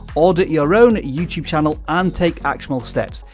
audit your own youtube channel, and take actionable steps.